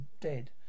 Dead